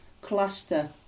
cluster